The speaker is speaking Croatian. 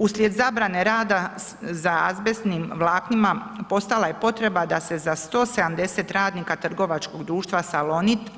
Uslijed zabrane rada sa azbestnim vlaknima, postala je potreba da se za 170 radnika trgovačkog društva Salonit